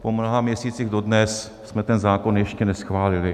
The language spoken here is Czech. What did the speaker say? Po mnoha měsících dodnes jsme ten zákon ještě neschválili.